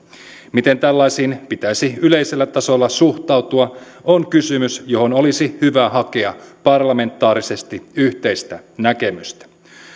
miten tällaisiin pitäisi yleisellä tasolla suhtautua on kysymys johon olisi hyvä hakea parlamentaarisesti yhteistä näkemystä